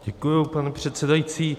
Děkuji, pane předsedající.